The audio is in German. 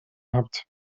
habt